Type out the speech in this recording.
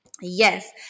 yes